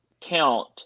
count